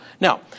Now